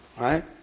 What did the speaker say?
Right